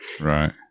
Right